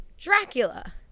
Dracula